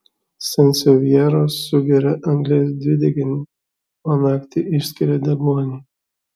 sansevjeros sugeria anglies dvideginį o naktį išskiria deguonį